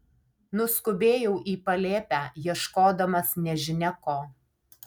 nuskubėjau į palėpę ieškodamas nežinia ko